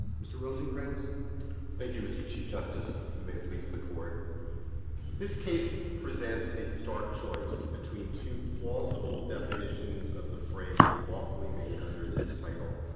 mr. rosenkranz. rosenkranz thank you, mr. chief justice, and may it please the court this case presents a stark choice between two plausible definitions of the phrase, lawfully made under this title.